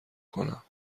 کنم